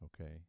Okay